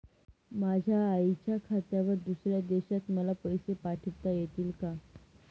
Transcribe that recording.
माझ्या आईच्या खात्यावर दुसऱ्या देशात मला पैसे पाठविता येतील का?